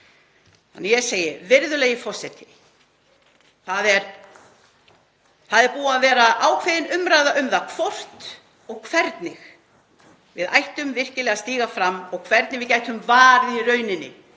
aldrei líðast. Virðulegi forseti. Það er búið að vera ákveðin umræða um það hvort og hvernig við ættum virkilega að stíga fram og hvernig við gætum varið í rauninni